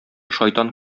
шайтан